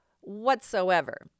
whatsoever